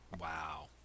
wow